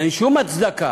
אין שום הצדקה,